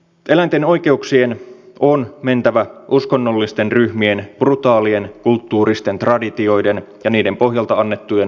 eläinten oikeuksien on mentävä uskonnollisten ryhmien brutaalien kulttuuristen traditioiden ja niiden pohjalta annettujen erivapauksien edelle